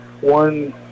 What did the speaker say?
one